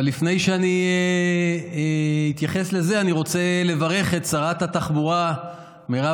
אבל לפני שאני אתייחס לזה אני רוצה לברך את שרת התחבורה מרב